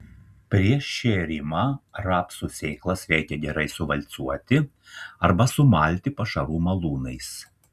prieš šėrimą rapsų sėklas reikia gerai suvalcuoti arba sumalti pašarų malūnais